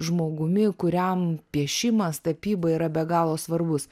žmogumi kuriam piešimas tapyba yra be galo svarbus